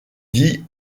dit